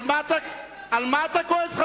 על מה אתה כועס?